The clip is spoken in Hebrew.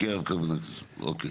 אוקיי, בקרב חברי הכנסת, אוקיי.